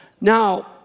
Now